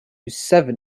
seven